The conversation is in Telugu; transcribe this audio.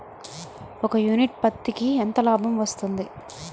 ఒక యూనిట్ పత్తికి ఎంత లాభం వస్తుంది?